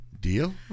deal